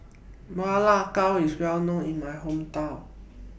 Ma Lai Gao IS Well known in My Hometown